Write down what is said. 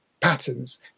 Patterns